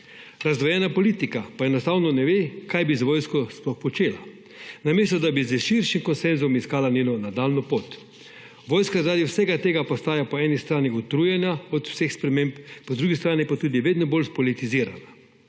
Razdvojena politika pa enostavno ne ve, kaj bi z vojsko sploh počela, namesto da bi s širšim konsenzom iskala njeno nadaljnjo pot. Vojska zaradi vsega tega postaja po eni strani utrujena od vseh sprememb, po drugi strani pa tudi vedno bolj spolitizirana.